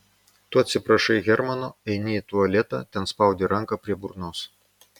tu atsiprašai hermano eini į tualetą ten spaudi ranką prie burnos